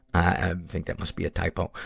i think that must be a typo.